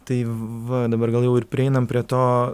tai va dabar gal jau ir prieinam prie to